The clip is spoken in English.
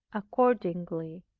accordingly,